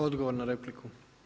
Odgovor na repliku.